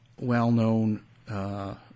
well-known